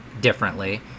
differently